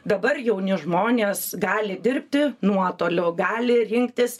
dabar jauni žmonės gali dirbti nuotoliu gali rinktis